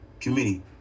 committee